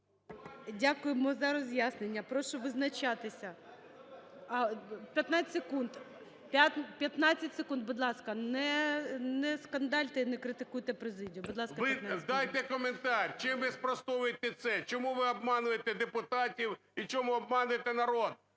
Дякуємо за роз'яснення. Прошу визначатися. А, 15 секунд. Будь ласка, не скандальте і не критикуйте президію. 17:06:47 НІМЧЕНКО В.І. Ви дайте коментар, чим ви спростовуєте це, чому ви обманюєте депутатів і чому обманюєте народ.